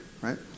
right